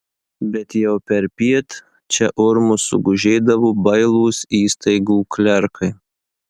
bet jau perpiet čia urmu sugužėdavo bailūs įstaigų klerkai